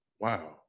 Wow